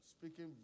speaking